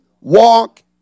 walk